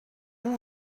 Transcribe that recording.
vous